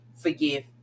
forgive